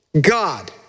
God